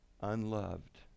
Unloved